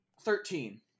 Thirteen